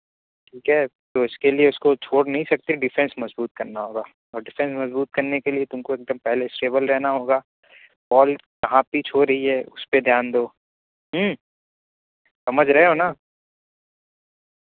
ٹھیک ہے تو اس کے لیے اس کو چھوڑ نہیں سکتے ڈیفینس مضبوط کرنا ہوگا اور ڈیفینس مضبوط کرنے کے لیے تم کو ایک دم پہلے اسٹیبل رہنا ہوگا بال کہاں پچ ہو رہی ہے اس پہ دھیان دو سمجھ رہے ہو نا